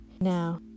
Now